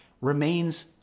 remains